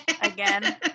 again